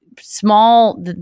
small